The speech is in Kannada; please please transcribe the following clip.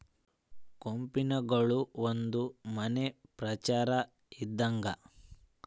ಕೋಪಿನ್ಗಳು ಒಂದು ನಮನೆ ಪ್ರಚಾರ ಇದ್ದಂಗ